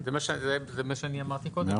זה מה שאמרתי קודם.